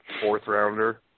fourth-rounder